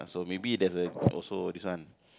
so maybe there's a also this one